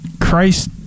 Christ